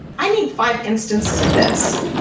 i need five instances of this.